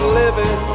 living